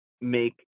make